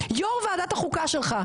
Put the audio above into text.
יו "ר ועדת החוקה שלך,